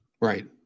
Right